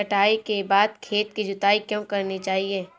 कटाई के बाद खेत की जुताई क्यो करनी चाहिए?